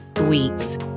weeks